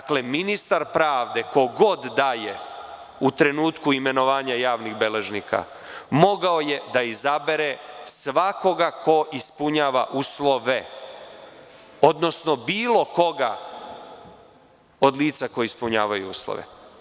Dakle, ministar pravde, ko god da je u trenutku imenovanja javnih beležnika, mogao je da izabere svakoga ko ispunjava uslove, odnosno bilo koga od lica koji ispunjavaju uslove.